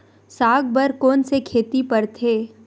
साग बर कोन से खेती परथे?